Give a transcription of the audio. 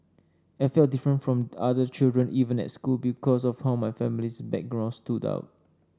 I felt different from other children even at school because of how my family's background stood out